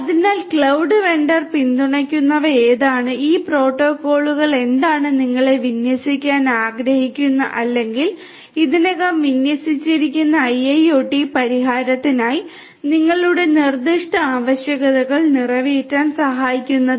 അതിനാൽ cloud vendor പിന്തുണയ്ക്കുന്നവ ഏതാണ് ഈ പ്രോട്ടോക്കോളുകൾ ഏതാണ് നിങ്ങളെ വിന്യസിക്കാൻ ആഗ്രഹിക്കുന്ന അല്ലെങ്കിൽ ഇതിനകം വിന്യസിച്ചിരിക്കുന്ന IIoT പരിഹാരത്തിനായി നിങ്ങളുടെ നിർദ്ദിഷ്ട ആവശ്യകതകൾ നിറവേറ്റാൻ സഹായിക്കുന്നത്